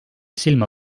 silma